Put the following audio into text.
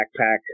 backpack